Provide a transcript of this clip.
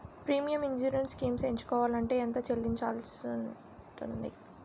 Premium insurance schemes ఎంచుకోవలంటే ఎంత చల్లించాల్సివస్తుంది??